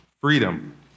freedom